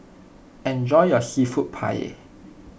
enjoy your Seafood Paella